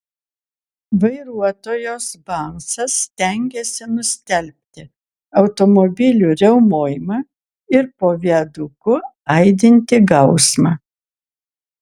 vairuotojos balsas stengėsi nustelbti automobilių riaumojimą ir po viaduku aidintį gausmą